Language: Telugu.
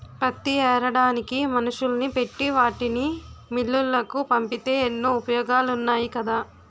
పత్తి ఏరడానికి మనుషుల్ని పెట్టి వాటిని మిల్లులకు పంపితే ఎన్నో ఉపయోగాలున్నాయి కదా